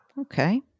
Okay